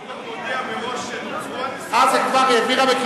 אדוני כבר מודיע מראש שנוצרו הנסיבות?